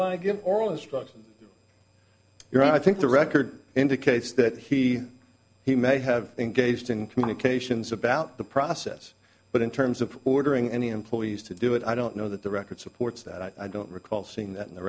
all in stride you're i think the record indicates that he he may have engaged in communications about the process but in terms of ordering any employees to do it i don't know that the record supports that i don't recall seeing that in the